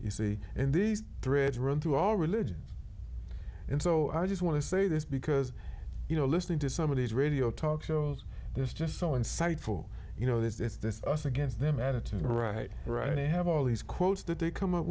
you see in these threads run through all religions and so i just want to say this because you know listening to some of these radio talk shows there's just so insightful you know this is this us against them attitude right right they have all these quotes that they come up